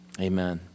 Amen